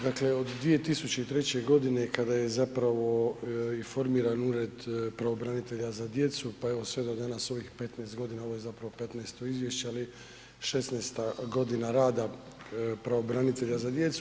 Dakle od 2003. godine kada je zapravo i formiran Ured pravobranitelja za djecu, pa evo sve do danas ovih u ovih 15 godina, ovo je zapravo 15.-to izvješće ali 16.-ta godina rada pravobranitelja za djecu.